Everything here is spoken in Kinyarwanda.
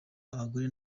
abagore